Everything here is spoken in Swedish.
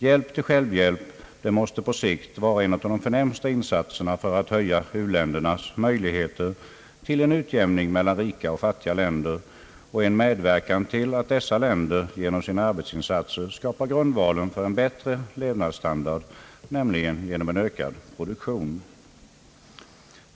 Hjälp till självhjälp måste på sikt vara en av de förnämsta insatserna för att öka u-ländernas möjlighet till en utjämning mellan rika och fattiga länder, och en medverkan till att dessa länder genom egna «arbetsinsatser skapar grundvalen för en bättre levnadsstandard, nämligen genom en ökad produktion.